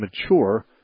mature